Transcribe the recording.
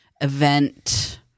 event